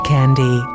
Candy